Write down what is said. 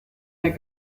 der